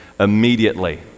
Immediately